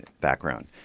background